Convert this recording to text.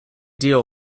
deal